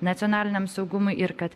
nacionaliniam saugumui ir kad